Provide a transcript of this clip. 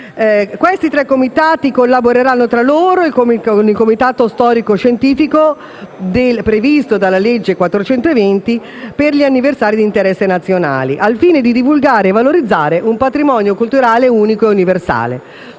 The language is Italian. Questi tre comitati collaboreranno tra loro e con il comitato storico-scientifico previsto dalla legge n. 420 per gli anniversari di interesse nazionale, al fine di divulgare e valorizzare un patrimonio culturale unico ed universale,